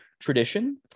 Tradition